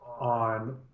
on